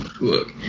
look